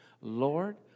Lord